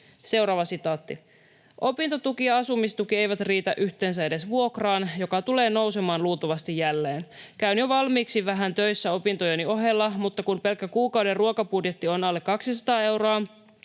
edes olisi.” ”Opintotuki ja asumistuki eivät riitä yhteensä edes vuokraan, joka tulee nousemaan luultavasti jälleen. Käyn jo valmiiksi vähän töissä opintojeni ohella, mutta kun pelkkä kuukauden ruokabudjetti on alle 200 euroa,